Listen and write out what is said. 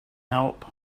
help